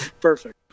Perfect